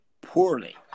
poorly